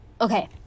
okay